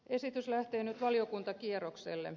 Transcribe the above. esitys lähtee nyt valiokuntakierrokselle